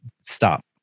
stop